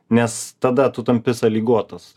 nes tada tu tampi sąlyguotas